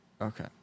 Okay